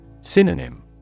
Synonym